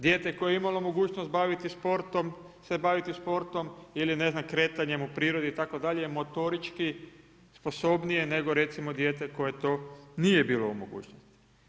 Dijete koje je imalo mogućnost baviti se sportom ili ne znam, kretanjem u prirodi itd. je motorički sposobnije nego recimo, dijete koje to nije bilo u mogućnosti.